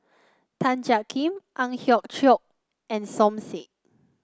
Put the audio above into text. Tan Jiak Kim Ang Hiong Chiok and Som Said